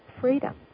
freedom